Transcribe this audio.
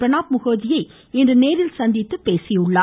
பிரணாப் முகர்ஜியை இன்று நேரில் சந்தித்து பேசினார்